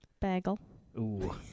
bagel